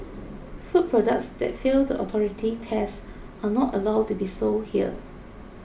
food products that fail the authority's tests are not allowed to be sold here